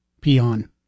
peon